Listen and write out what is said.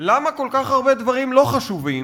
למה כל כך הרבה דברים לא חשובים,